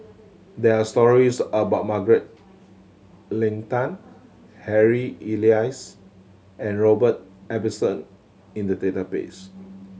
there are stories about Margaret Leng Tan Harry Elias and Robert Ibbetson in the database